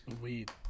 Weed